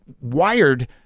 wired